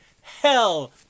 hell